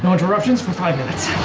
and interruptions for five minutes.